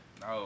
No